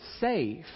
safe